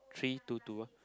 three two two